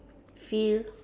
feel